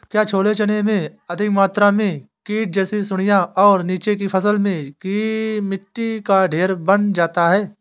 क्या छोले चने में अधिक मात्रा में कीट जैसी सुड़ियां और नीचे की फसल में मिट्टी का ढेर बन जाता है?